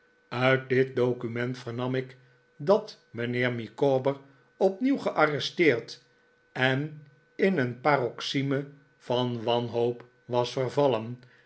uit dit document vernam ik dat mijnheer micawber opnieuw gearresteerd en in een paroxysme van wanhoop was vervallen